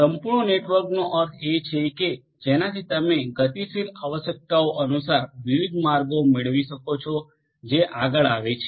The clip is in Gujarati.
સંપૂર્ણ નેટવર્કનો અર્થ એ છે જેનાથી તમે ગતિશીલ આવશ્યકતાઓ અનુસાર વિવિધ માર્ગો મેળવી શકો છો જે આગળ આવે છે